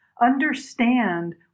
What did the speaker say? understand